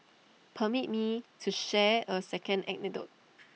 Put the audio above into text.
permit me to share A second anecdote